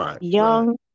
young